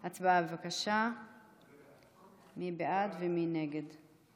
הצבעה, בבקשה, מי בעד ומי נגד?